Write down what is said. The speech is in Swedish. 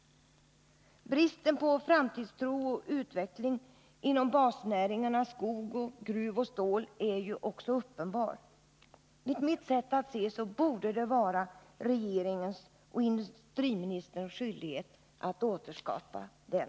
Bristen på framtidstro inom basnäringarna skogs-, gruvoch stålindustri är också uppenbar. Enligt mitt sätt att se borde det vara regeringens och industriministerns skyldighet att återskapa den.